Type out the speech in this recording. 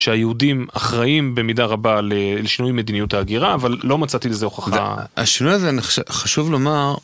שהיהודים אחראים במידה רבה לשינוי מדיניות ההגירה, אבל לא מצאתי לזה הוכחה. השינוי הזה, חשוב לומר...